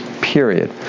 Period